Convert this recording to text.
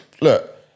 look